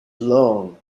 long